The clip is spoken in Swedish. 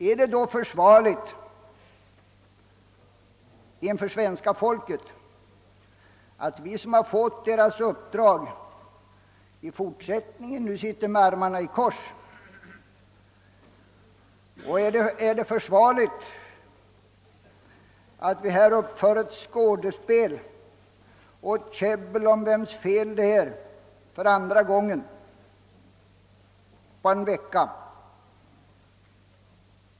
Är det då försvarligt inför svenska folket att vi som har fått medbogarnas uppdrag sitter med armarna i kors i fortsättningen? Är det försvarligt att vi i denna kammare bara en vecka sedan föregående tillfälle för andra gången uppför ett skådespel där vi käbblar om vem som bär skulden till det som nu inträffat?